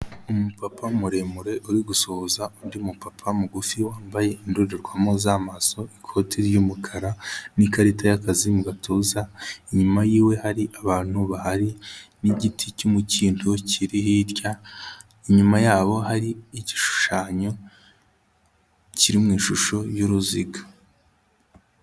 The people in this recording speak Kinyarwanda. Umupapa muremure uri gusuhuza undi mupapa mugufi wambaye indorerwamo z'amaso ikoti ry'umukara n'ikarita y'akazi mu gatuza, inyuma yiwe hari abantu bahari n'igiti cy'umukindo kiri hirya, inyuma yabo hari igishushanyo kiri mu ishusho y'uruziga.